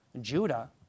Judah